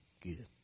Good